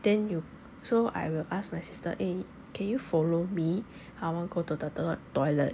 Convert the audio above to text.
then you so I will ask my sister eh can you follow me I want go to the toilet